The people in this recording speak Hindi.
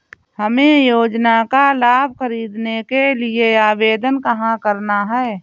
हमें योजना का लाभ ख़रीदने के लिए आवेदन कहाँ करना है?